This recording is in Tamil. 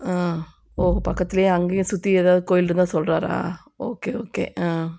ஆ ஓஹோ பக்கத்துலேயே அங்கேயே சுற்றி ஏதாவது கோவில் இருந்தால் சொல்கிறாரா ஓகே ஓகே ஆ